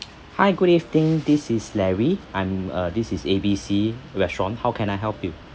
hi good evening this is larry I'm uh this is A B C restaurant how can I help you